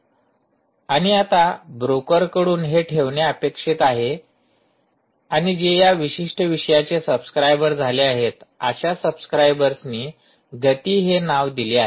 आणि आता ब्रोकरकडून हे ठेवणे अपेक्षित आहे आणि जे या विशिष्ट विषयाचे सब्सक्राइबर्स झाले आहेत अशा सब्सक्राइबर्सनी गती हे नाव दिले आहे